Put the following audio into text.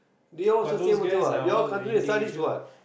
they all also same also what they all continue their studies what